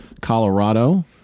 Colorado